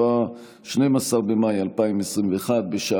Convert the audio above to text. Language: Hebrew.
לפיכך אני קובע כי תקנות סמכויות מיוחדות להתמודדות עם נגיף הקורונה